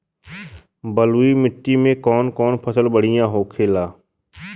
बलुई मिट्टी में कौन फसल बढ़ियां होखे ला?